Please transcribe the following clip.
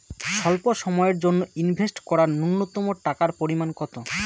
স্বল্প সময়ের জন্য ইনভেস্ট করার নূন্যতম টাকার পরিমাণ কত?